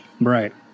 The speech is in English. Right